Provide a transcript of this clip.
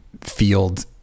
field